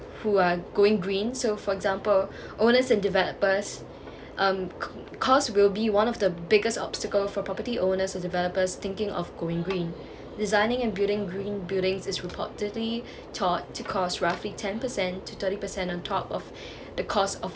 who are going green so for example owners and developers um c~ cost will be one of the biggest obstacle for property owners and developers thinking of going green designing and building green buildings is reportedly thought to cost roughly ten percent to thirty percent on top of the cost of